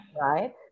Right